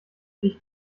ich